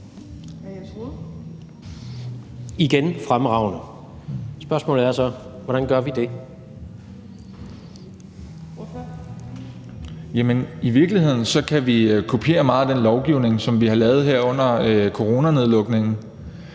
Ordføreren. Kl. 15:19 Jacob Mark (SF): Jamen i virkeligheden kan vi kopiere meget af den lovgivning, som vi har lavet her under coronanedlukningen.